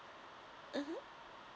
mmhmm